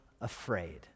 afraid